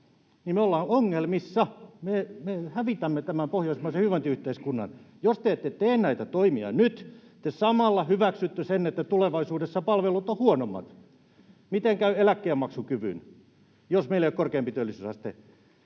me ollaan ongelmissa — me hävitämme tämän pohjoismaisen hyvinvointiyhteiskunnan. Jos te ette tee näitä toimia nyt, te samalla hyväksytte sen, että tulevaisuudessa palvelut ovat huonommat. Miten käy eläkkeenmaksukyvyn, jos meillä ei ole korkeampi työllisyysaste?